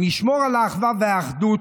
נשמור על האחווה והאחדות.